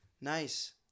Nice